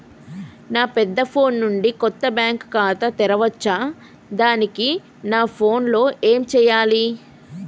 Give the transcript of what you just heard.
నా పెద్ద ఫోన్ నుండి కొత్త బ్యాంక్ ఖాతా తెరవచ్చా? దానికి నా ఫోన్ లో ఏం చేయాలి?